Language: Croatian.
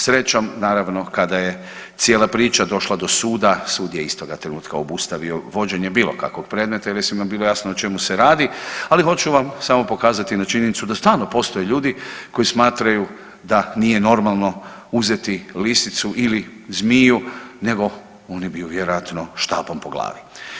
Srećom naravno kada je cijela priča došla do suda sud je istoga trenutka obustavio vođenje bilo kakvog predmeta jel je svima bilo jasno o čemu se radi, ali hoću vam samo pokazati jednu činjenicu da stalno postoje ljudi koji smatraju da nije normalno uzeti lisicu ili zmiju nego oni bi ju vjerojatno štapom po glavi.